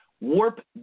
Warp